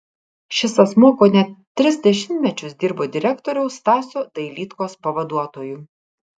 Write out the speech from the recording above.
šis asmuo kone tris dešimtmečius dirbo direktoriaus stasio dailydkos pavaduotoju